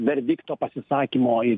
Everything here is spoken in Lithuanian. verdikto pasisakymo ir